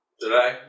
today